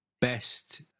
best